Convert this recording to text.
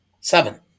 Seven